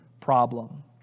problem